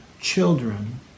children